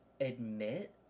admit